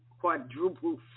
quadruple